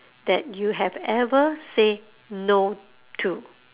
that you have ever say no to